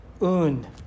un